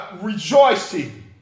rejoicing